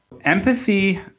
Empathy